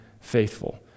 faithful